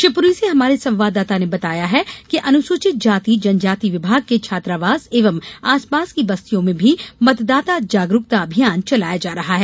शिवपुरी से हमारे संवाददाता ने बताया है कि अनुसूचति जाति जनजाति विभाग के छात्रावास एवं आसपास की बस्तियों में भी मतदाता जागरुकता अभियान चलाया जा रहा है